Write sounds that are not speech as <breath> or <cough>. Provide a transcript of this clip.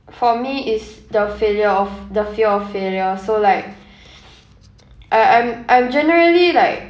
for me is the failure of the fear of failure so like <breath> I I'm I'm generally like